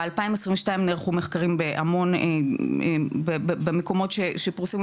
ב-2022 נערכו מחקרים במקומות שפרוסים,